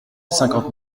cinquante